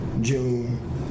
June